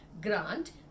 grant